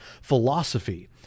philosophy